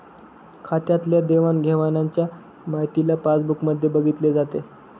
खात्यातल्या देवाणघेवाणच्या माहितीला पासबुक मध्ये बघितले जाते